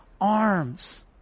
arms